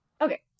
Okay